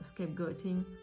scapegoating